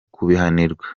kubihanirwa